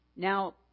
Now